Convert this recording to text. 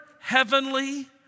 heavenly